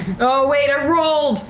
oh, wait, i rolled!